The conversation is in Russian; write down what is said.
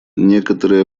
некоторые